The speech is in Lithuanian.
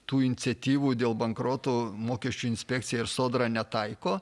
tų iniciatyvų dėl bankroto mokesčių inspekcija ir sodra netaiko